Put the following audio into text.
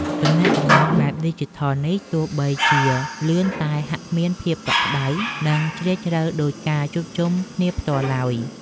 ទំនាក់ទំនងបែបឌីជីថលទោះបីជាលឿនតែហាក់គ្មានភាពកក់ក្តៅ និងជ្រាលជ្រៅដូចការជួបគ្នាផ្ទាល់ឡើយ។